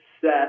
set